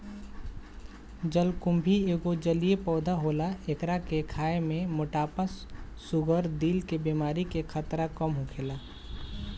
जलकुम्भी एगो जलीय पौधा होला एकरा के खाए से मोटापा, शुगर आ दिल के बेमारी के खतरा कम होखेला